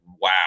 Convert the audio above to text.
wow